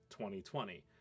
2020